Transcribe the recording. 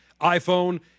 iPhone